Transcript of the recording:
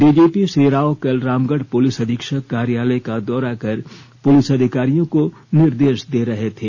DGP Shri Rao कल रामगढ़ पुलिस अधीक्षक कार्यालय का दौरा कर पुलिस अधिकारियों को निर्देश दे रहे थे